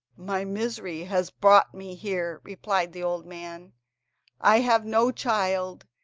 my misery has brought me here replied the old man i have no child,